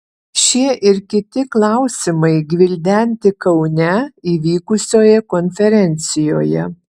šie ir kiti klausimai gvildenti kaune įvykusioje konferencijoje